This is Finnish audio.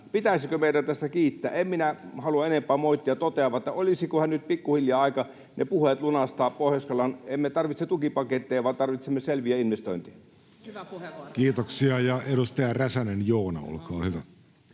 Pitäisikö meidän tässä kiittää? En minä halua enempää moittia. Totean vain, että olisikohan nyt pikkuhiljaa aika ne puheet lunastaa Pohjois-Karjalaan. Emme tarvitse tukipaketteja, vaan tarvitsemme selviä investointeja. [Annika Saarikko: Hyvä